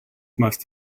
must